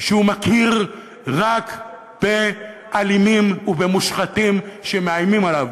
שהוא מכיר רק באלימים ובמושחתים שמאיימים עליו,